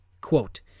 Quote